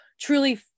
Truly